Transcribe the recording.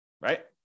right